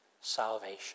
salvation